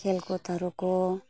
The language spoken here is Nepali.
खेलकुदहरूको